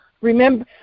Remember